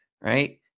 right